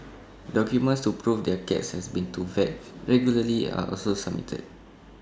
documents to prove their cats has been to vet regularly are also submitted